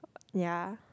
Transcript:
ya